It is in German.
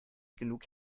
genug